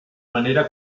manera